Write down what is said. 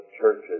churches